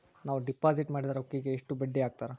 ನಾವು ಡಿಪಾಸಿಟ್ ಮಾಡಿದ ರೊಕ್ಕಿಗೆ ಎಷ್ಟು ಬಡ್ಡಿ ಹಾಕ್ತಾರಾ?